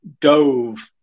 dove